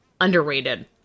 underrated